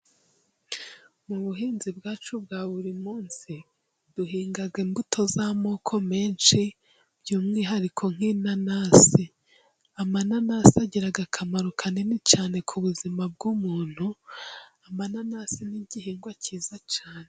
Mu buhinzi bwacu bwa buri munsi duhinga imbuto z'amoko menshi by'umwihariko nk'inanasi. Inanasi zigira akamaro kanini cyane ku buzima bw'umuntu inanasi ni igihingwa cyiza cyane.